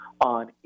on